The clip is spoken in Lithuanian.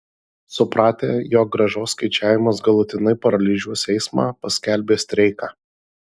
supratę jog grąžos skaičiavimas galutinai paralyžiuos eismą paskelbė streiką